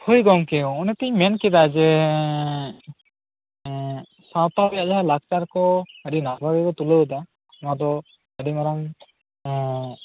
ᱦᱚᱭ ᱜᱚᱝᱠᱮ ᱚᱱᱮᱛᱚᱧ ᱢᱮᱱ ᱠᱮᱫᱟ ᱡᱮ ᱮᱸ ᱥᱟᱶᱛᱟ ᱵᱮᱫᱷᱟ ᱞᱟᱠᱪᱟᱨ ᱠᱚ ᱟᱹᱰᱤ ᱱᱟᱯᱟᱭ ᱜᱮᱠᱚ ᱛᱩᱞᱟ ᱣ ᱮᱫᱟ ᱱᱚᱣᱟ ᱫᱚ ᱟ ᱰᱤ ᱢᱟᱨᱟᱝ ᱮᱸ